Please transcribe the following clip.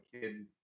kid